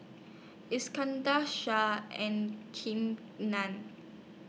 Iskandar Shah and Kim Nam